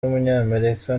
w’umunyamerika